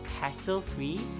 hassle-free